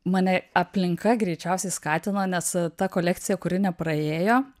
mane aplinka greičiausiai skatino nes ta kolekcija kuri nepraėjo